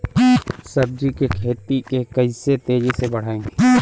सब्जी के खेती के कइसे तेजी से बढ़ाई?